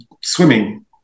swimming